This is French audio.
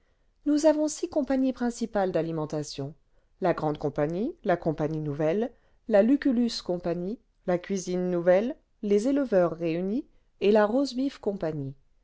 nous avons six compagnies principales d'alimentation la grande compagnie la compagnie nouvelle la lucullus company la cuisine nouvelle les eleveurs réunis et la rosbifcompany